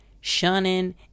shunning